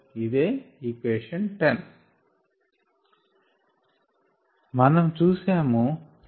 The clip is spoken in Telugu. అది ఈక్వేషన్ 10